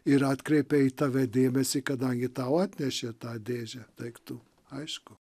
ir atkreipia į tave dėmesį kadangi tau atnešė tą dėžę daiktų aišku